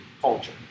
culture